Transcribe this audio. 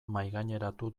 mahaigaineratu